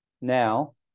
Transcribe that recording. now